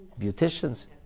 Beauticians